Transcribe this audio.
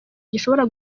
gishobora